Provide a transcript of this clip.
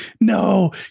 No